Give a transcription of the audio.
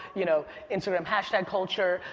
you know, instagram hashtag culture,